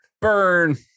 Burn